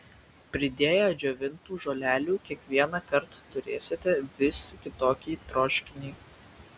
pridėję džiovintų žolelių kiekvienąkart turėsite vis kitokį troškinį